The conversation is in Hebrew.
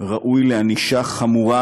ראוי לענישה חמורה,